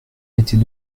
n’était